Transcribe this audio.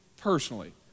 personally